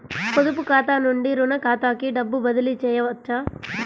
పొదుపు ఖాతా నుండీ, రుణ ఖాతాకి డబ్బు బదిలీ చేయవచ్చా?